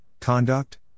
conduct